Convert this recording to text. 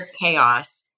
chaos